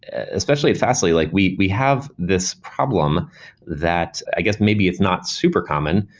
especially at fastly, like we we have this problem that i guess maybe it's not super common.